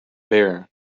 bear